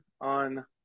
on